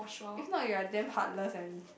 if not you're damn heartless and